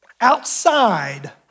outside